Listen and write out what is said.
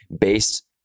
based